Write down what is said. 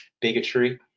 bigotry